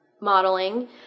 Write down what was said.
modeling